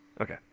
Okay